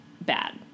bad